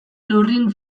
lurrin